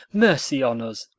mercy on us,